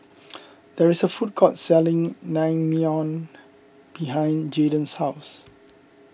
there is a food court selling Naengmyeon behind Jaden's house